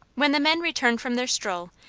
when the men returned from their stroll,